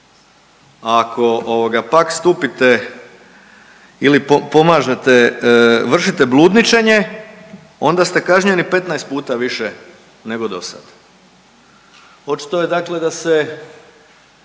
ovoga pak stupite ili pomažete vršite bludničenje onda ste kažnjeni 15 puta više nego dosad.